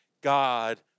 God